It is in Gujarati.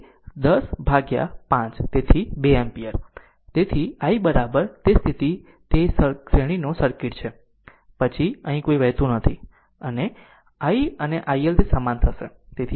તેથી તે 10 બાય 5 તેથી 2 એમ્પીયર હશે તેથી i અને તે જ સ્થિતિ આ શ્રેણીનો સરકીટ છે પછી કંઇ અહીં વહેતું નથી તેથી i અને i L તે સમાન છે